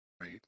Right